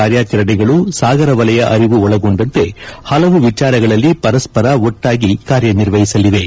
ಕಾರ್ಯಾಚರಣೆಗಳು ಸಾಗರ ವಲಯ ಅರಿವು ಒಳಗೊಂಡಂತೆ ಹಲವು ವಿಚಾರಗಳಲ್ಲಿ ಪರಸ್ವರ ಒಟ್ಟಾಗಿ ಕಾರ್ಯನಿರ್ವಹಿಸಲಿವೆ